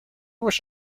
wish